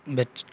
ਵਿਚ